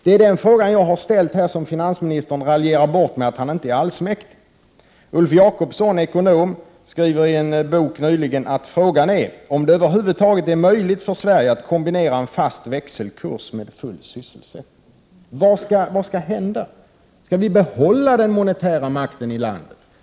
Det är den frågan jag har ställt här och som finansministern raljerar bort med att säga att han inte är allsmäktig. Ulf Jakobsson, ekonom, skriver i en bok som kommit ut nyligen att frågan är om det över huvud taget är möjligt för Sverige att kombinera en fast växelkurs med full sysselsättning. Vad skall hända? Skall vi behålla den monetära makten i landet?